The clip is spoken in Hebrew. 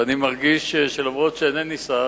ואני מרגיש שאף-על-פי שאינני שר,